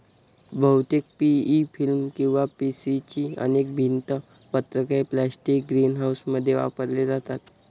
बहुतेक PE film किंवा PC ची अनेक भिंत पत्रके प्लास्टिक ग्रीनहाऊसमध्ये वापरली जातात